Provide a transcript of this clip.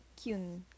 kyun